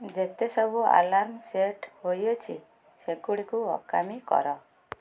ଯେତେ ସବୁ alarm set ହୋଇଅଛି ସେଗୁଡ଼ିକୁ ଅକାମି କର